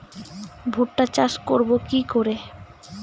ভুট্টা চাষ করব কি করে?